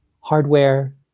hardware